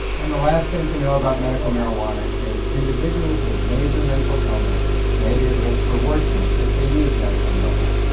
and the last thing to know about medical marijuana is individuals with major mental illness may be at risk for worsening if they use medical marijuana.